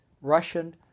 Russian